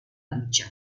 lucha